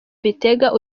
bitega